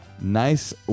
nice